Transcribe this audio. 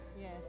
Yes